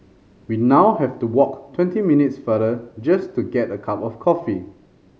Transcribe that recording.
we now have to walk twenty minutes farther just to get a cup of coffee